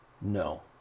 no